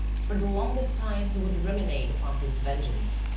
for the longest time he would ruminate upon his vengeance,